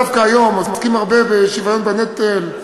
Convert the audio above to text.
דווקא היום עוסקים הרבה בשוויון בנטל.